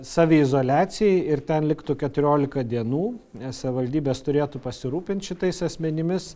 saviizoliacijai ir ten liktų keturiolika dienų nes savivaldybės turėtų pasirūpint šitais asmenimis